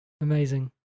amazing